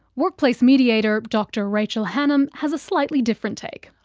workplace mediator dr rachel hannam has a slightly different take.